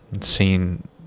seen